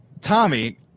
Tommy